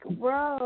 bro